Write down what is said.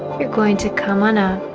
you're going to come on up